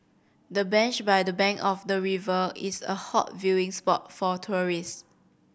the bench by the bank of the river is a hot viewing spot for tourists